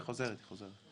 היא חוזרת.